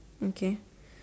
okay